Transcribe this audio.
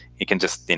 you can just